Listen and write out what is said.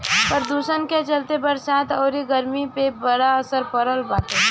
प्रदुषण के चलते बरसात अउरी गरमी पे बड़ा असर पड़ल बाटे